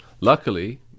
Luckily